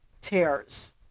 Tears